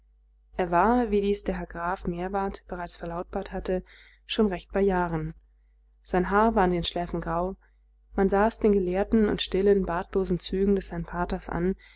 er war wie dies der herr graf meerwarth bereits verlautbart hatte schon recht bei jahren sein haar war an den schläfen grau man sah es den gelehrten und stillen bartlosen zügen des herrn paters an